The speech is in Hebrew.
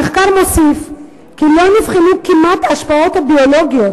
המחקר מוסיף כי לא נבחנו כמעט ההשפעות הביולוגיות,